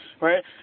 Right